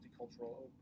multicultural